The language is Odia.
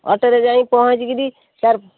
ଅଟୋରେ ଯାଇ ପହଞ୍ଚିକରି ତାର